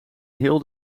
heel